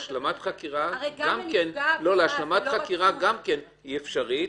השלמת חקירה היא אפשרית,